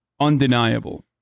undeniable